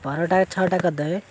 ପରଟା ଛଅଟା କରିଦେବେ